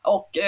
Och